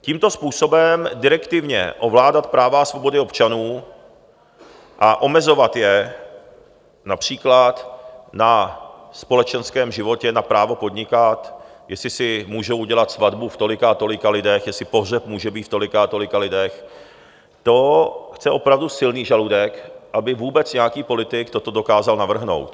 Tímto způsobem direktivně ovládat práva a svobody občanů a omezovat je například na společenském životě, na právu podnikat, jestli si můžou udělat svatbu v tolika a tolika lidech, jestli pohřeb může být v tolika a tolika lidech, to chce opravdu silný žaludek, aby vůbec nějaký politik toto dokázal navrhnout.